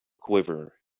quiver